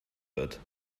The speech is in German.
wird